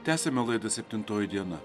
tęsiame laidą septintoji diena